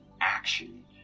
action